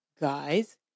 guys